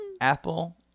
apple